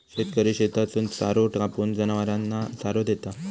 शेतकरी शेतातसून चारो कापून, जनावरांना चारो देता